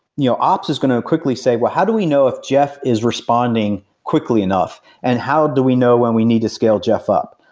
you know ops is going to quickly say, well, how do we know if jeff is responding quickly enough and how do we know when we need to scale jeff up?